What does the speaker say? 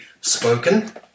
spoken